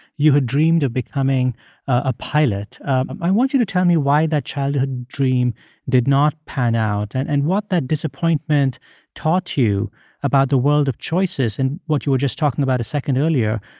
you had dreamed of becoming a pilot. and i want you to tell me why that childhood dream did not pan out and and what that disappointment taught you about the world of choices and what you were just talking about a second earlier,